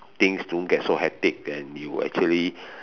things don't get so hectic and you actually